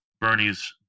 Bernie's